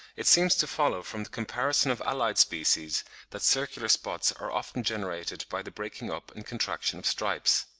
it seems to follow from the comparison of allied species that circular spots are often generated by the breaking up and contraction of stripes.